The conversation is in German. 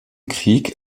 krieg